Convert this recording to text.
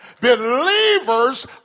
Believers